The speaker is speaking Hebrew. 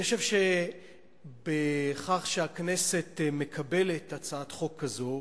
אני חושב שבכך שהכנסת מקבלת הצעת חוק כזאת,